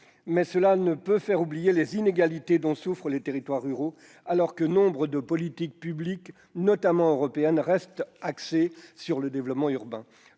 Mais cela ne peut faire oublier les inégalités dont souffrent les territoires ruraux, alors que nombre de politiques publiques, notamment européennes, restent axées sur le développement urbain.